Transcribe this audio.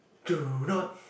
do not